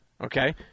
Okay